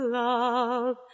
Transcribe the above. love